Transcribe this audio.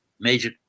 major